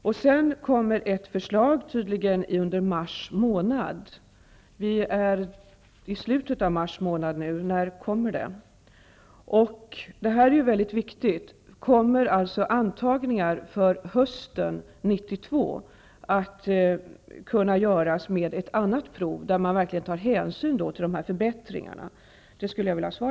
Under mars månad kommer tydligen ett förslag att läggas fram. Vi befinner oss nu i slutet av mars, och jag undrar när det kommer att läggas fram. kommer att kunna göras med ett annat prov, där man verkligen tar hänsyn till dessa förbättringar.